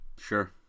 Sure